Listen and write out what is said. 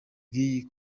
bw’iyi